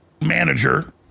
manager